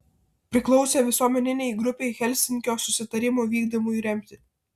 priklausė visuomeninei grupei helsinkio susitarimų vykdymui remti